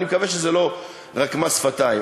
אני מקווה שזה לא רק מס שפתיים.